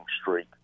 streak